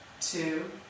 two